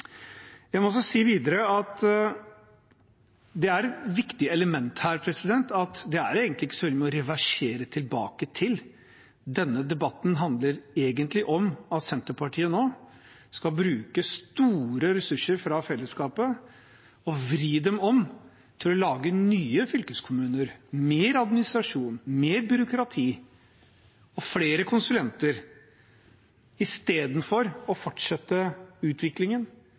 Jeg må si videre at et viktig element er at det er egentlig ikke så veldig mye å reversere tilbake til. Denne debatten handler egentlig om at Senterpartiet nå skal bruke store ressurser fra fellesskapet og vri dem om til å lage nye fylkeskommuner, mer administrasjon, mer byråkrati, flere konsulenter, istedenfor å fortsette utviklingen,